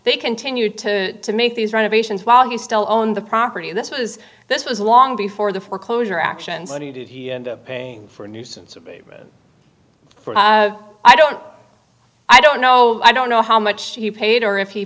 they continued to make these renovations while he still owned the property this was this was long before the foreclosure actions that he did he end up paying for a nuisance of for i don't i don't know i don't know how much he paid or if he